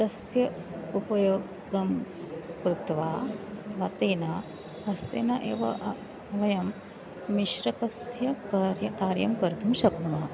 तस्य उपयोगं कृत्वा मतेन हस्तेन एव वयं मिश्रकस्य कार्यं कार्यं कर्तुं शक्नुमः